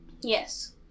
Yes